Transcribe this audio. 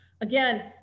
Again